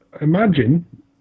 imagine